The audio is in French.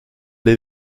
des